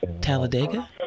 Talladega